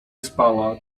spała